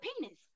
penis